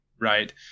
right